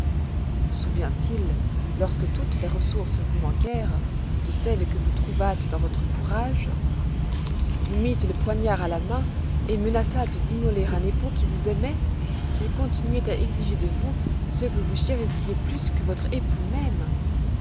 vous souvient-il lorsque toutes les ressources vous manquèrent de celles que vous trouvâtes dans votre courage vous mîtes le poignard à la main et menaçâtes d'immoler un époux qui vous aimoit s'il continuoit à exiger de vous ce que vous chérissiez plus que votre époux même